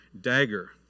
dagger